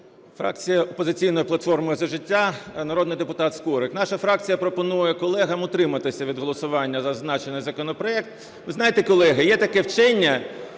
Фракція "Опозиційна платформа - За життя", народний депутат Скорик. Наша фракція пропонує колегам утриматися від голосування за зазначений законопроект. Ви знаєте, колеги, є таке вчення,